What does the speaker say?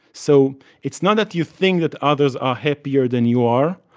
so it's not that you think that others are happier than you are.